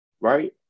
Right